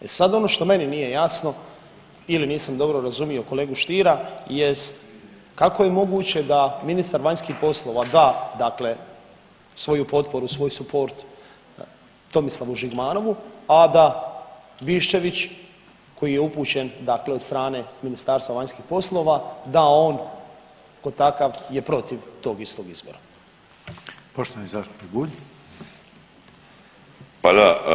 E sad ono što meni nije jasno ili nisam dobro razumio kolegu Stiera jest kako je moguće da ministar vanjskih poslova da dakle svoju potporu, svoj suport Tomislavu Žigmanovu, a da Biščević koji je upućen dakle od strane Ministarstva vanjskih poslova, da on kao takav je protiv tog istog izbora?